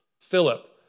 Philip